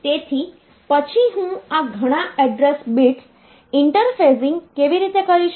તેથી પછી હું આ ઘણા એડ્રેસ બિટ્સ ઇન્ટરફેસિંગ કેવી રીતે કરી શકું